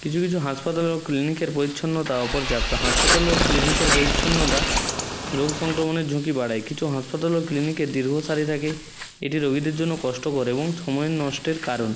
কিছু কিছু হাসপাতাল ও ক্লিনিকের পরিচ্ছন্নতা অপর্যাপ্ত হাসপাতাল ও ক্লিনিকের পরিচ্ছন্নতা রোগ সংক্রমণের ঝুঁকি বাড়ায় কিছু হাসপাতাল ও ক্লিনিকের দীর্ঘ সারি থাকে এটি রোগীদের জন্য কষ্টকর এবং সময় নষ্টের কারণ